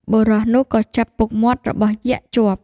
បុរសនោះក៏ចាប់ពុកមាត់របស់យក្សជាប់។